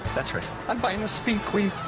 that's right, i'm buying a speed queen.